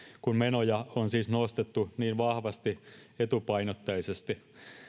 kun menoja on siis nostettu niin vahvasti etupainotteisesti